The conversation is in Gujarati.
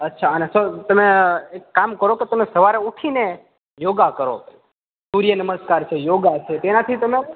અચ્છા અને તમે એક કામ કરો તો તમે સવારે ઊઠીને યોગા કરો સૂર્યનમસ્કાર છે યોગા છે તેનાથી તમારે